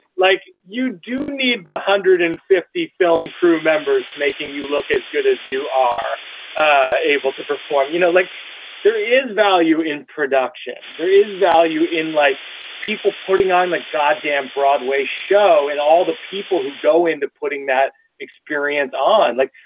like, you do need the one hundred and fifty film crew members making you look as good as you are ah able to perform. you know, like there is value in production. there is value in like people putting on the goddamn broadway show and all the people who go into putting that experience on. like,